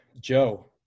Joe